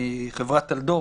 מחברת טלדור